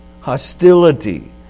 hostility